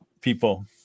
people